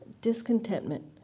discontentment